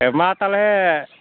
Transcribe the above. ᱦᱮᱸ ᱢᱟ ᱛᱟᱦᱚᱞᱮ